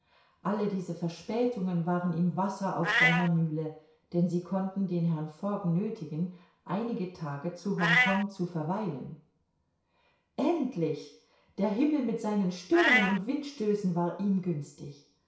alle diese verspätungen waren ihm wasser auf seiner mühle denn sie konnten den herrn fogg nöthigen einige tage zu hongkong zu verweilen endlich der himmel mit seinen stürmen und windstößen war ihm günstig